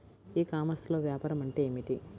ఈ కామర్స్లో వ్యాపారం అంటే ఏమిటి?